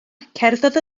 cerddodd